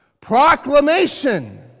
Proclamation